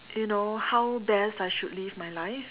you know how best I should live my life